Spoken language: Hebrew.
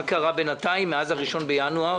מה קרה בינתיים מאז 1 בינואר,